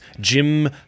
Jim